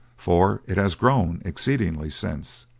for it has grown exceedingly since.